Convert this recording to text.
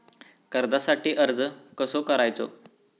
कर्जासाठी अर्ज कसो करायचो?